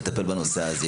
נטפל בנושא הזה.